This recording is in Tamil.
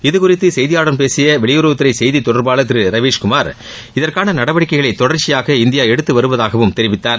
இது குறித்து செய்தியாளரிடம் பேசிய வெளியுறவுத்துறை செய்திதொடர்பாளர் திரு ரவீஷ்குமார் இதற்கான நடவடிக்கைகளை தொடர்ச்சியாக இந்தியா எடுத்து வருவதாகவும் தெரிவித்தார்